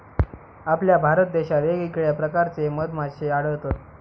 आपल्या भारत देशात येगयेगळ्या प्रकारचे मधमाश्ये आढळतत